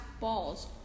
balls